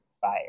fire